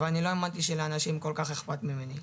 אבל אני לא האמנתי שלאנשים כל כך אכפת ממני,